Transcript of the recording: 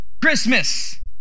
Christmas